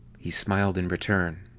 he smiled in return.